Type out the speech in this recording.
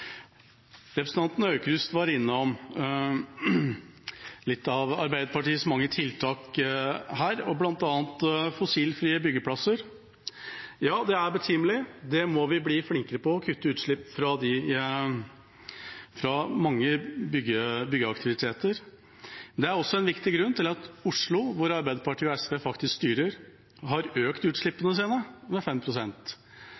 Representanten Aukrust var innom noen av Arbeiderpartiets mange tiltak, bl.a. fossilfrie byggeplasser. Ja, det er betimelig. Vi må bli flinkere til å kutte utslipp fra mange byggeaktiviteter. Det er også en viktig grunn til at Oslo, hvor Arbeiderpartiet og SV faktisk styrer, har økt